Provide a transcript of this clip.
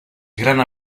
grana